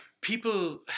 people